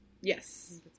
Yes